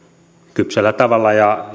kypsällä tavalla ja